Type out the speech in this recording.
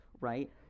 right